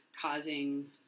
causing